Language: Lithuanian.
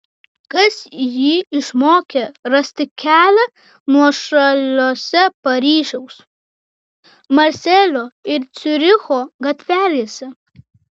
kas jį išmokė rasti kelią nuošaliose paryžiaus marselio ir ciuricho gatvelėse